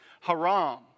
haram